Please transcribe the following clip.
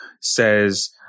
says